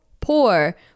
poor